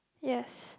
yes